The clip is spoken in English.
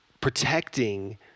protecting